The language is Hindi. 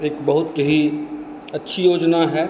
एक बहुत ही अच्छी योजना है